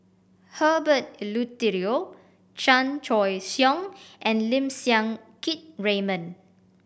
Herbert Eleuterio Chan Choy Siong and Lim Siang Keat Raymond